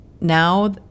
now